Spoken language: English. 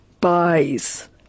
buys